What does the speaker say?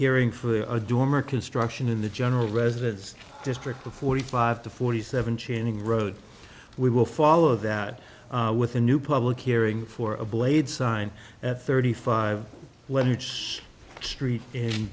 hearing for a dorm or construction in the general residence district of forty five to forty seven chaining road we will follow that with a new public hearing for a blade sign at thirty five whether it's street in